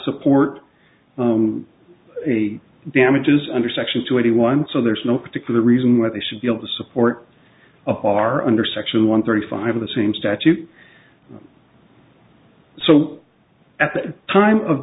support a damages under section two eighty one so there's no particular reason why they should be able to support a car under section one thirty five of the same statute so at the time of